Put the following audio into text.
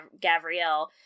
gabrielle